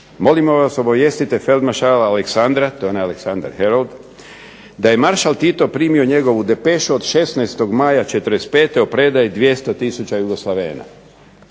"Molimo vas obavijestite feldmaršala Aleksandra", to je onaj Aleksandar Harrold, "da je maršal Tito primio njegovu depešu od 16. maja '45. o predaji 200 tisuća Jugoslavena."